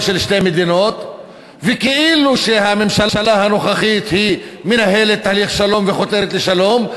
של שתי מדינות וכאילו הממשלה הנוכחית מנהלת תהליך שלום וחותרת לשלום,